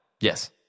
Yes